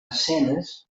escenes